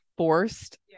forced